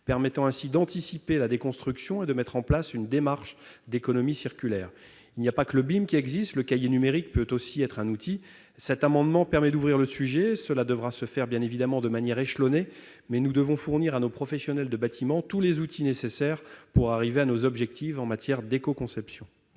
permet d'anticiper la déconstruction et de mettre en place une démarche d'économie circulaire. Il n'y a pas que le BIM ; le cahier numérique peut aussi être un outil. Cette proposition permet d'ouvrir la discussion. Cela devra se faire évidemment de manière échelonnée, mais nous devons fournir à nos professionnels du bâtiment tous les outils nécessaires pour arriver à nos objectifs en matière d'éco-conception.